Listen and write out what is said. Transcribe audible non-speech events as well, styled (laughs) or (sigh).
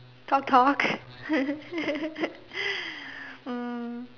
talk talk (laughs) um